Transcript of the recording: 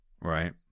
right